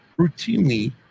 routinely